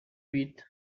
huit